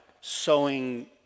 sowing